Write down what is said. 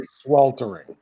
sweltering